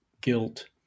guilt